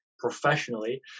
professionally